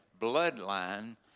bloodline